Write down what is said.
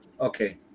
okay